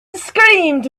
screamed